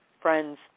Friends